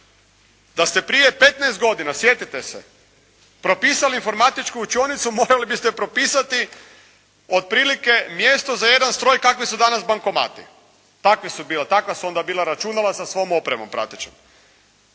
Da ste prije petnaest godina, sjetite se, propisali informatičku učionicu morali biste propisati otprilike mjesto za jedan stroj kakvi su danas bankomati. Takva su onda bila računala sa svom opremom pratećom.